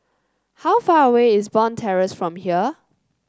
how far away is Bond Terrace from here